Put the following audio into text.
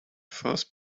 first